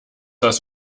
das